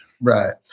Right